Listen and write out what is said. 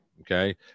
Okay